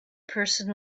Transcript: person